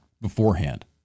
beforehand